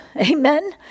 Amen